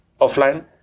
offline